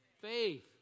Faith